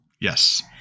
Yes